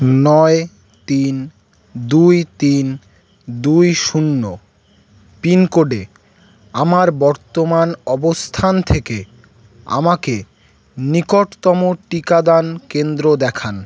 নয় তিন দুই তিন দুই শূন্য পিনকোডে আমার বর্তমান অবস্থান থেকে আমাকে নিকটতম টিকাদান কেন্দ্র দেখান